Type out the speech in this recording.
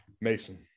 Mason